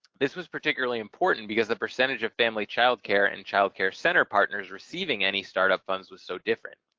this was particularly important because the percentage of family child care and child care center partners receiving any startup funds was so different.